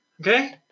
Okay